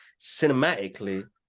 Cinematically